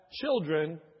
children